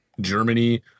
Germany